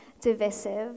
divisive